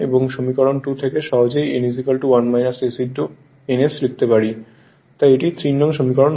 সুতরাং সমীকরণ 2 থেকে সহজেই n 1 s ns লিখতে পারে তাই এটি 3নং সমীকরণ